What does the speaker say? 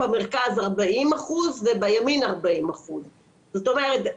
במרכז 40% ובימין 40%. זאת אומרת,